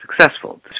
successful